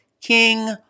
King